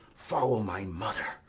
follow my mother.